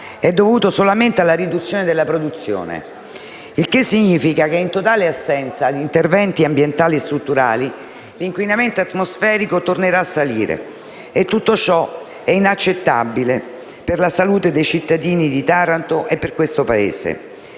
è dovuto solamente alla riduzione della produzione. Ciò significa che, in totale assenza di interventi ambientali strutturali, l'inquinamento atmosferico tornerà a salire e tutto ciò è inaccettabile per la salute dei cittadini di Taranto e per questo Paese.